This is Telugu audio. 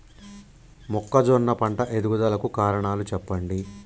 మొక్కజొన్న పంట ఎదుగుదల కు కారణాలు చెప్పండి?